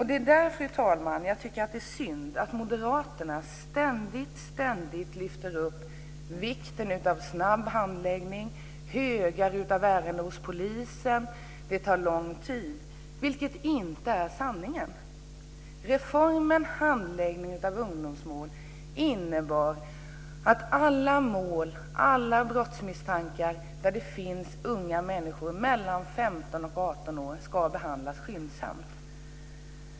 Det är där, fru talman, jag tycker att det är synd att moderaterna ständigt lyfter upp vikten av snabb handläggning, högar av ärenden hos polisen, att det tar lång tid - vilket inte är sanningen. Reformen handläggningen av ungdomsmål innebar att alla mål, alla brottsmisstankar, där det finns unga människor mellan 15 och 18 år ska behandlas skyndsamt.